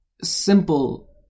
simple